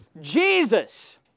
Jesus